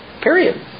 Period